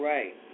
Right